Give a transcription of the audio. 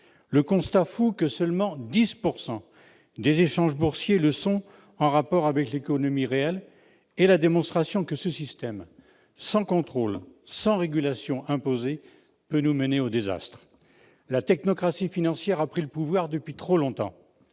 Le constat fou que seulement 10 % des échanges boursiers sont en rapport avec l'économie réelle est la démonstration que ce système, sans contrôle, sans régulation imposée, peut nous mener au désastre. La technocratie financière a pris le pouvoir depuis trop longtemps